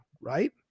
right